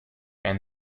and